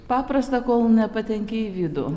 paprasta kol nepatenki į vidų